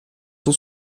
son